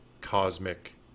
cosmic